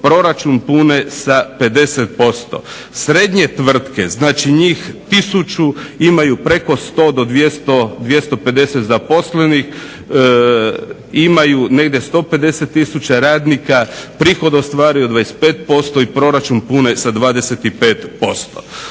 proračun pune sa 50%. Srednje tvrtke, znači njih 1000 imaju preko 100 do 200, 250 zaposlenih, imaju negdje 150 tisuća radnika, prihod ostvaruju 25% i proračun pune sa 25%.